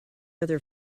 other